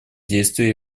действия